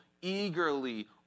eagerly